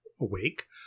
awake